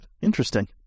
interesting